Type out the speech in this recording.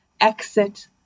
exit